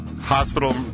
hospital